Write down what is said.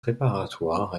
préparatoire